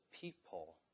people